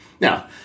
Now